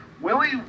Willie